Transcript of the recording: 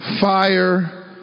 fire